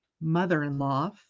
mother-in-law